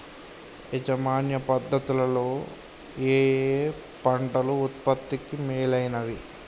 యాజమాన్య పద్ధతు లలో ఏయే పంటలు ఉత్పత్తికి మేలైనవి?